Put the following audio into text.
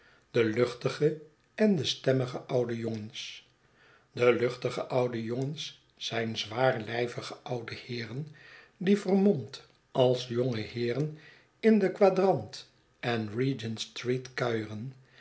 de luchtige en de stemmige oude jongens de luchtige oude jongens zijn zwaarlyvige oude heeren die vermomd als jonge heeren in de quadrant en regent-street kuieren